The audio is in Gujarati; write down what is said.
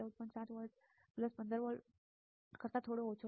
7 વોલ્ટ્સ 15 વોલ્ટ કરતા થોડો ઓછો છે